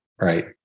right